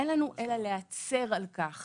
אין לנו אלא להצר על כך